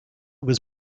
was